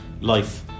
life